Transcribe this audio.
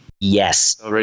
Yes